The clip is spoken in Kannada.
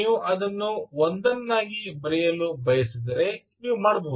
ನೀವು ಅದನ್ನು ಒಂದನ್ನಾಗಿ ಬರೆಯಲು ಬಯಸಿದರೆ ನೀವು ಮಾಡಬಹುದು